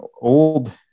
old